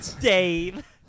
Dave